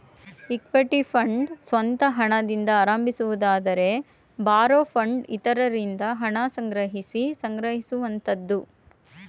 equity fund ಸ್ವಂತ ಹಣದಿಂದ ಆರಂಭಿಸುವುದಾದರೆ ಬಾರೋ ಫಂಡ್ ಇತರರಿಂದ ಹಣ ಸಂಗ್ರಹಿಸಿ ಸಂಗ್ರಹಿಸುವಂತದ್ದು